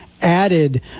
added